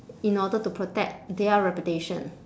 in order to protect their reputation